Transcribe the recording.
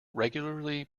regularly